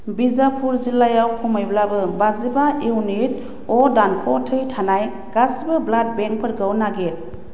बिजापुर जिल्लायाव खमैब्लाबो बाजिबा इउनिट अ दानख' थै थानाय गासैबो ब्लाड बेंकफोरखौ नागिर